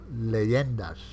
leyendas